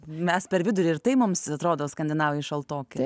mes per vidurį ir tai mums atrodo skandinavai šaltoki